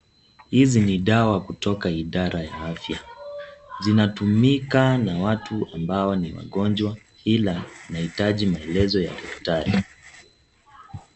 Hizi ni dawa kutoka Idara ya Afya. Zinatumika na watu ambao ni wagonjwa, ila anahitaji maelezo ya daktari.